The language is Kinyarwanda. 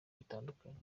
bitandukanye